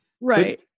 Right